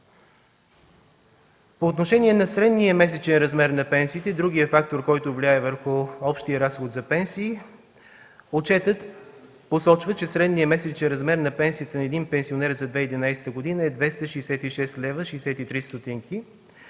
По отношение на средния месечен размер на пенсиите – другият фактор, който влияе върху общия разход за пенсии, отчетът посочва, че средният месечен размер на пенсията на един пенсионер за 2011 г. е 266,63 лв.